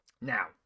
Now